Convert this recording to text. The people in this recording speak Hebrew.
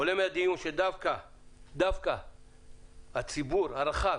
עולה מהדיון שדווקא הציבור הרחב